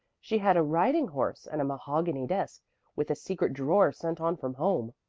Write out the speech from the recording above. she'd had a riding horse and a mahogany desk with a secret drawer sent on from home.